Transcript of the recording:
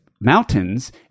Mountains